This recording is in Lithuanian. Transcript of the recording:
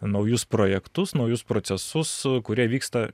naujus projektus naujus procesus kurie vyksta